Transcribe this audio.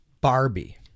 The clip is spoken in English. Barbie